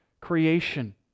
creation